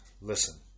Listen